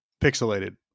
Pixelated